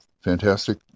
fantastic